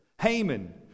Haman